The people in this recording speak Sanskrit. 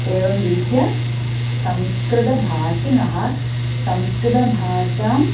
एवं रीत्या संस्कृतभाषिणः संस्कृतभाषाम्